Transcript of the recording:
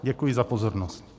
Děkuji za pozornost.